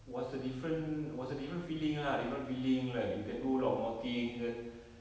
was a different was a different feeling different feeling like you can a lot more things then